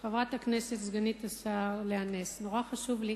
חברת הכנסת סגנית השר לאה נס, נורא חשוב לי,